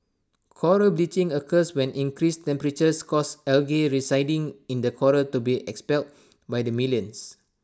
Coral bleaching occurs when increased temperatures cause algae residing in the Coral to be expelled by the millions